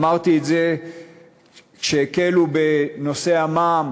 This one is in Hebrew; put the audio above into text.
אמרתי את זה כשלא הקלו בנושא המע"מ